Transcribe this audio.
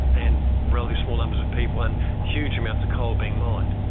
and relatively small numbers of people and huge amounts of coal being mined.